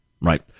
right